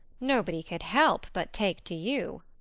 nobody could help but take to you.